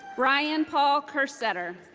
ryan paul kerstetter.